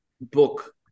book